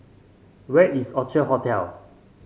where is Orchard Hotel